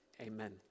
Amen